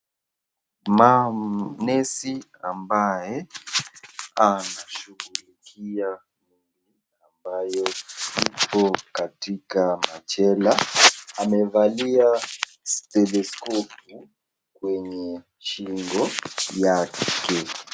Nesi ambaye anashughulikia mgonjwa ambaye yuko katika machela amevalia teleskofu kwenye shingo yake.